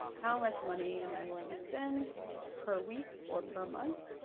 how much money am i willing to spend per week, or per month,